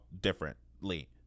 differently